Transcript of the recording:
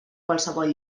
qualsevol